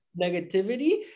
negativity